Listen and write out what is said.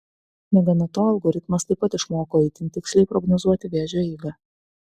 negana to algoritmas taip pat išmoko itin tiksliai prognozuoti vėžio eigą